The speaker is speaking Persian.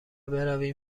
برویم